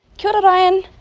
kia ora ryan.